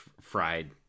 fried